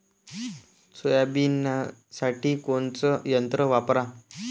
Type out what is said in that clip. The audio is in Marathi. सोयाबीनसाठी कोनचं यंत्र वापरा?